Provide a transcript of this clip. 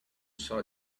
saw